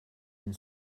and